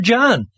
John